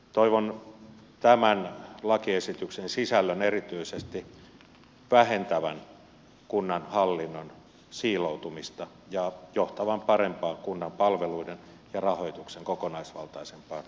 toivon tämän lakiesityksen sisällön erityisesti vähentävän kunnan hallinnon siiloutumista ja johtavan kunnan palveluiden ja rahoituksen parempaan ja kokonaisvaltaisempaan suunnitteluun